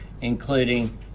including